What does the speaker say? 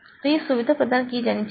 तो वह सुविधा प्रदान की जानी चाहिए